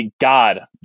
God